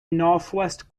northwest